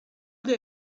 they